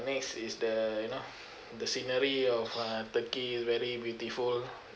next is the you know the scenery of uh turkey very beautiful